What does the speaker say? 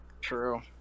True